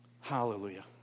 Hallelujah